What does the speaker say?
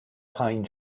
pine